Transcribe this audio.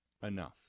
Enough